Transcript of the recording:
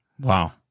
Wow